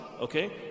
Okay